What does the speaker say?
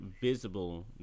visible